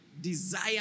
desire